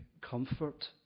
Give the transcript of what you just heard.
comfort